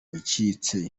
yacitse